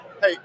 hey